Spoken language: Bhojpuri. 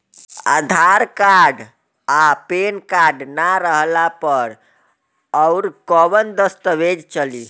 आधार कार्ड आ पेन कार्ड ना रहला पर अउरकवन दस्तावेज चली?